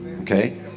Okay